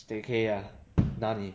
staycay ah 那里